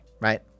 right